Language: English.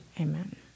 Amen